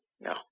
no